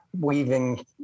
weaving